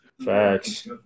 Facts